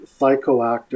psychoactive